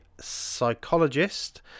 psychologist